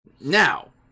Now